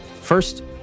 First